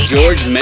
George